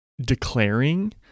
declaring